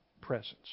presence